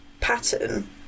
pattern